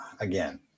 again